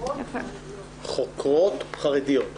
חוקרות חרדיות.